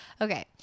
Okay